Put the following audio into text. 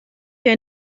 hier